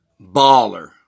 Baller